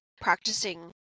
practicing